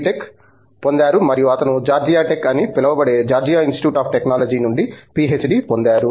tech పొందారు మరియు అతను జార్జియా టెక్ అని పిలువబడే జార్జియా ఇన్స్టిట్యూట్ ఆఫ్ టెక్నాలజీ నుండి పిహెచ్డి పొందారు